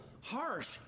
harsh